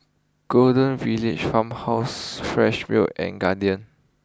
Golden Village Farmhouse Fresh Milk and Guardian